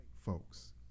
folks